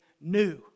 new